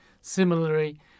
Similarly